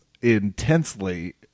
intensely